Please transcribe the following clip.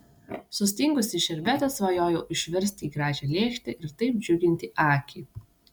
sustingusį šerbetą svajojau išversti į gražią lėkštę ir taip džiuginti akį